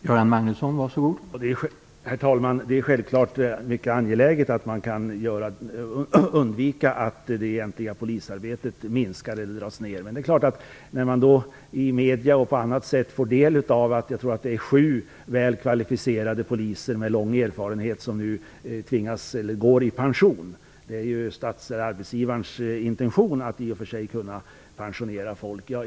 Herr talman! Det är självfallet mycket angeläget att undvika att minska det egentliga polisarbetet. Man kan i media och på annat sätt få del av att, som jag tror, sju väl kvalificerade poliser med lång erfarenhet nu går i pension. Det är i och för sig arbetsgivarens intention att kunna pensionera folk.